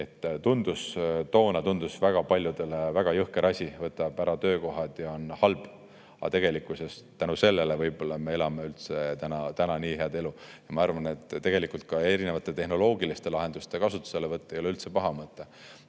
näide. Toona tundus see väga paljudele väga jõhker asi, mis võtab ära töökohad ja on halb, aga tegelikkuses tänu sellele me võib-olla elame täna üldse nii head elu. Ma arvan, et tegelikult ka erinevate tehnoloogiliste lahenduste kasutuselevõtt ei ole üldse paha mõte.